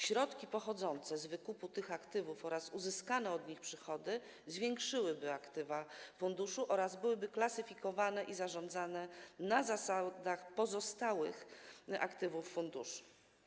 Środki pochodzące z wykupu tych aktywów oraz uzyskane od nich przychody zwiększyłyby aktywa funduszu oraz byłyby klasyfikowane i zarządzane na takich zasadach jak w przypadku pozostałych aktywów funduszu.